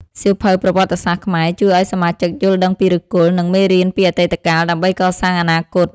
សៀវភៅប្រវត្តិសាស្ត្រខ្មែរ ជួយឱ្យសមាជិកយល់ដឹងពីឫសគល់ និងមេរៀនពីអតីតកាលដើម្បីកសាងអនាគត។